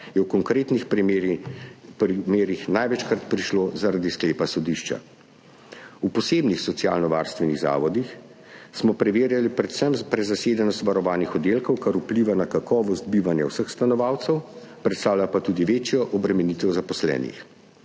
je v konkretnih primerih največkrat prišlo zaradi sklepa sodišča. V posebnih socialnovarstvenih zavodih smo preverjali predvsem prezasedenost varovanih oddelkov, kar vpliva na kakovost bivanja vseh stanovalcev, predstavlja pa tudi večjo obremenitev zaposlenih.